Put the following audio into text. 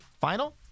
Final